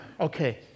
Okay